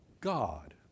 God